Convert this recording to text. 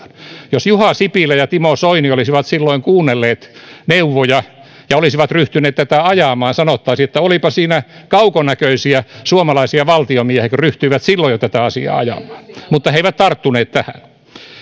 jos juha sipilä ja timo soini olisivat silloin kuunnelleet neuvoja ja olisivat ryhtyneet tätä ajamaan sanottaisiin että olipa siinä kaukonäköisiä suomalaisia valtiomiehiä kun ryhtyivät silloin jo tätä asiaa ajamaan mutta he eivät tarttuneet tähän